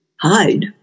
hide